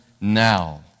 now